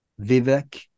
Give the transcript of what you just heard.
Vivek